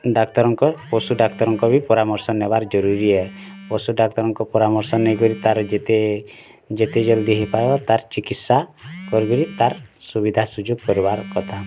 ଡ଼ାକ୍ତରଙ୍କ ପଶୁଡାକ୍ତରଙ୍କ ବି ପରାମର୍ଶ ନେବା ଜରୁରୀ ହେ ପଶୁଡାକ୍ତରଙ୍କ ପରାମର୍ଶ ନେଇକରି ତା'ର୍ ଯେତେ ଯେତେ ଜଲ୍ଦି ହେଇପାର୍ବାର୍ ତା'ର୍ ଚିକିତ୍ସା କରିକରି ତା'ର୍ ସୁବିଧା ସୁଯୋଗ କର୍ବାର୍ କଥା